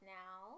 now